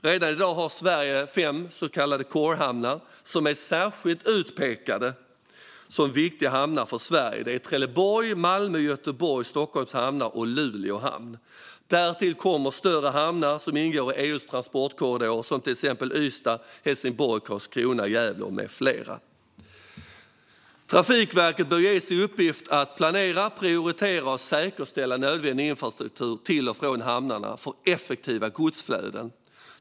Redan i dag har Sverige fem så kallade corehamnar som är särskilt utpekade som viktiga hamnar för Sverige. Det är Trelleborg, Malmö, Göteborg, Stockholms hamnar och Luleå hamn. Därtill kommer större hamnar som ingår i EU:s transportkorridorer, till exempel Ystad, Helsingborg, Karlskrona, Gävle med flera. Trafikverket bör ges i uppgift att planera, prioritera och säkerställa nödvändig infrastruktur till och från hamnarna för effektiva godsflöden.